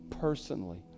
personally